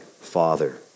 Father